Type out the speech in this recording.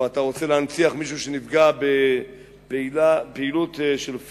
או שאתה רוצה להנציח מישהו שנפגע בפעילות של,